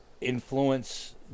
influence